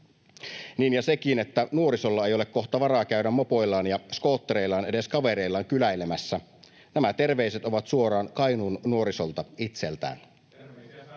Niin, ja on sekin, että nuorisolla ei ole kohta varaa käydä mopoillaan ja skoottereillaan edes kavereillaan kyläilemässä — nämä terveiset ovat suoraan Kainuun nuorisolta itseltään.